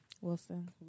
Wilson